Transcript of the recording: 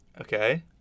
Okay